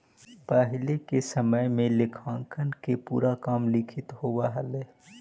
पहिले के समय में लेखांकन के पूरा काम लिखित होवऽ हलइ